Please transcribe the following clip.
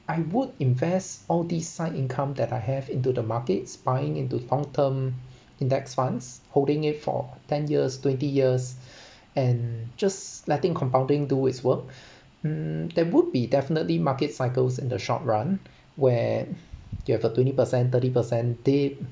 I would invest all these side income that I have into the markets buying into long term index funds holding it for ten years twenty years and just letting compounding do its work mm that would be definitely market cycles in the short run where you have a twenty percent thirty percent dip